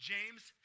James